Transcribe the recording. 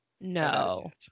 No